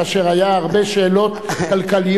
כאשר היו הרבה שאלות כלכליות,